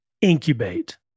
incubate